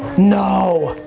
no.